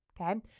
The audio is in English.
okay